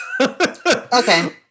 Okay